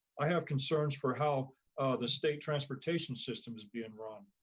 i have concerns for how the state transportation system is being run,